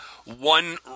one